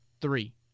Three